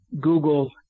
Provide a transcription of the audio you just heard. Google